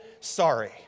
sorry